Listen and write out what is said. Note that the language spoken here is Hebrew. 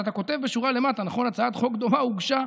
אז אתה כותב בשורה למטה: הצעת חוק דומה הוגשה.